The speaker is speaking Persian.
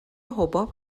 حباب